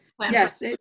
yes